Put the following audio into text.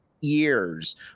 years